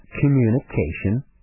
communication